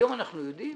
היום אנחנו יודעים